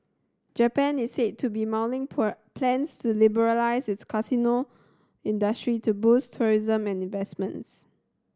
Japan is said to be mulling plans to liberalise its casino industry to boost tourism and investments